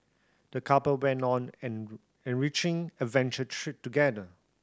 the couple went on an enriching adventure together